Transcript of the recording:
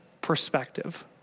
perspective